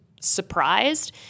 surprised